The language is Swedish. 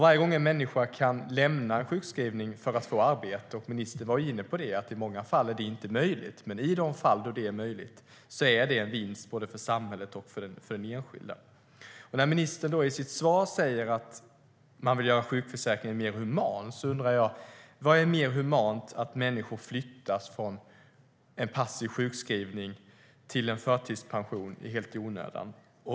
Varje gång en människa kan lämna en sjukskrivning för att få arbete - ministern var inne på att det i många fall inte är möjligt - är det en vinst både för samhället och för den enskilde. Ministern säger i sitt svar i sitt svar att man vill göra sjukförsäkringen mer human. Vad är mer humant i att människor flyttas från en passiv sjukskrivning till en förtidspension helt i onödan?